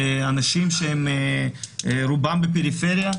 אנשים שרובם בפריפריה,